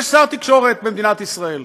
יש שר תקשורת במדינת ישראל,